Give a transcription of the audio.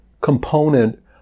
component